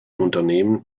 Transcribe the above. unternehmen